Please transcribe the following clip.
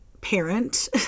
parent